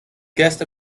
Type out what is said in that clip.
guest